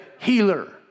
healer